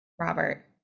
Robert